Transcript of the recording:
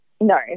no